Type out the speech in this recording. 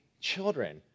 children